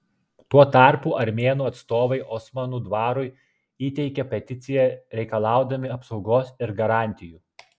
tuo tarpu armėnų atstovai osmanų dvarui įteikė peticiją reikalaudami apsaugos ir garantijų